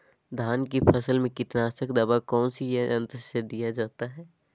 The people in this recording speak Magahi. धान की फसल में कीटनाशक दवा कौन सी यंत्र से दिया जाता है?